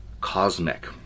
cosmic